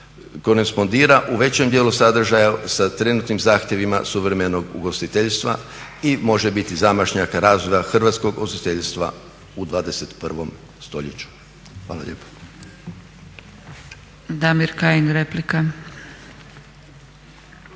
korespondira u većem djelu sadržaja sa trenutnim zahtjevima suvremenog ugostiteljstva i može biti zamašnjak razvoja hrvatskog ugostiteljstva u 21.stoljeću. Hvala lijepa.